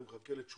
אני מחכה לתשובה.